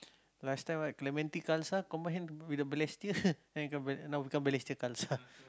last time ah Clementi Khalsa combine with the Balestier now now become Balestier-Khalsa